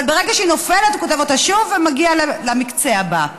אבל ברגע שהיא נופלת הוא כותב אותה שוב ומגיע למקצה הבא,